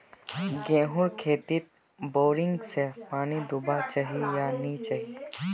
गेँहूर खेतोत बोरिंग से पानी दुबा चही या नी चही?